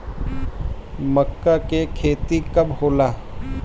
माका के खेती कब होला?